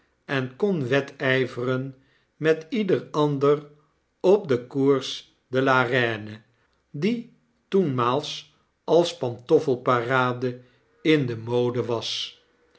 en kon wedyveren met ieder ander op den cours de la reine die toenmaals als pantoffel-parade in de mode was